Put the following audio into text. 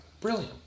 Brilliant